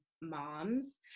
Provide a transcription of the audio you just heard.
moms